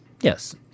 yes